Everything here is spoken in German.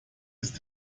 ist